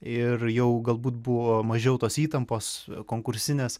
ir jau galbūt buvo mažiau tos įtampos konkursinės